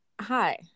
Hi